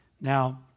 Now